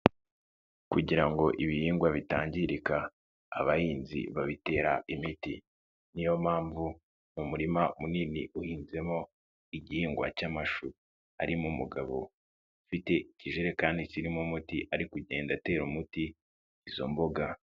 Kugira ngo ibihingwa bitangirika, abahinzi babitera imiti, ni yo mpamvu mu murima munini uhinzemo igihingwa cy'amashu, harimo umugabo ufite ikijerekani kirimo umuti ari kugenda atera umuti izo mboga.